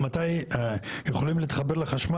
כל החלטה או אי החלטה לגבי תחום השיפוט